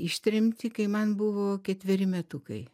ištremti kai man buvo ketveri metukai